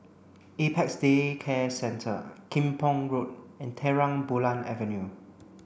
Apex Day Care Centre Kim Pong Road and Terang Bulan Avenue